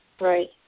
Right